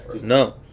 No